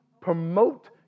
promote